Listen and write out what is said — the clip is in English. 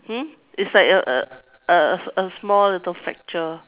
hmm it's like a a a small little fracture